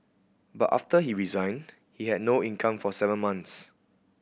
but after he resigned they had no income for seven months